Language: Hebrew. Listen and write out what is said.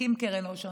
נקים קרן עושר,